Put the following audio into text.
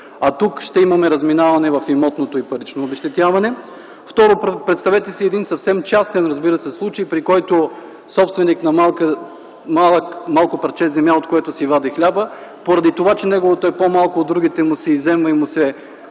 а тук ще имаме разминаване в имотното и в паричното обезщетяване. Второ, представете си един съвсем частен, разбира се, случай, в който собственик на малко парче земя, от което си вади хляба, поради това че неговото е по-малко от другите, се изземва и му се